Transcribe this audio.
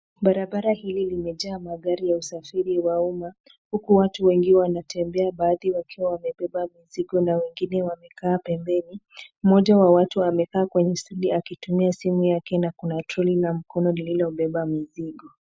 Barabara hili limejaa magari ya usafiri wa umma, huku watu wengi wanatembea baadhi wakiwa wamebeba mizigo na wengine wamekaa pembeni. Mmoja wa watu kwenye stuli akitumia simu yake na kuna troli la mkono lililobeba mizigo.